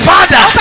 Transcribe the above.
Father